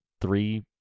three